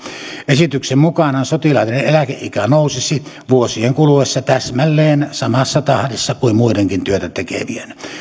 esityksen mukaanhan sotilaiden eläkeikä nousisi vuosien kuluessa täsmälleen samassa tahdissa kuin muidenkin työtätekevien